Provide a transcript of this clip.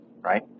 Right